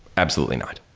absolutely not.